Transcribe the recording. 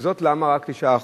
למה רק 9%?